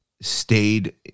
stayed